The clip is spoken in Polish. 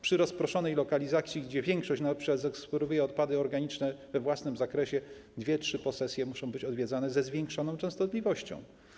Przy rozproszonej lokalizacji, gdzie większość zagospodarowuje odpady organiczne we własnym zakresie, dwie, trzy posesje muszą być odwiedzane ze zwiększoną częstotliwością.